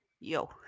yo